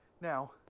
now